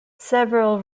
several